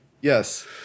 Yes